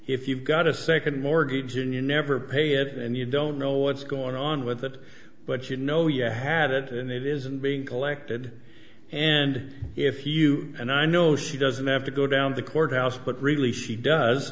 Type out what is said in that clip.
if you've got a second mortgage and you never pay it and you don't know what's going on with it but you know you had it and it isn't being collected and if he you and i know she doesn't have to go down the courthouse but really she does